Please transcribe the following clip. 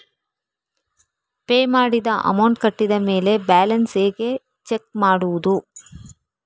Pay ಮಾಡಿದ amount ಕಟ್ಟಿದ ಮೇಲೆ ಬ್ಯಾಲೆನ್ಸ್ ಹೇಗೆ ಚೆಕ್ ಮಾಡುವುದು?